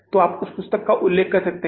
तो आप उस पुस्तक का उल्लेख कर सकते हैं